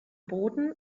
boden